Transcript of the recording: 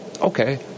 Okay